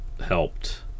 helped